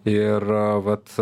ir vat